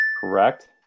Correct